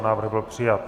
Návrh byl přijat.